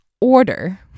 order